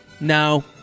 No